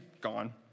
gone